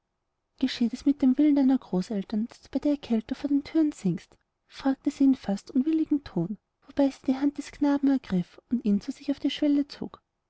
geschieht es mit dem willen deiner großeltern daß du bei der kälte vor den thüren singst fragte sie in fast unwilligem ton wobei sie die hand des knaben ergriff und ihn zu sich auf die schwelle zog